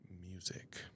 music